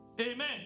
Amen